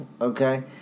okay